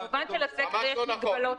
כמובן שלסקר יש מגבלות.